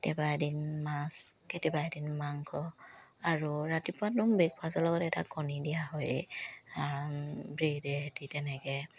কেতিয়াবা এদিন মাছ কেতিয়াবা এদিন মাংস আৰু ৰাতিপুৱা ব্ৰেকফাষ্টৰ লগত এটা কণী দিয়া হয়েই ব্ৰেডেহেতি তেনেকে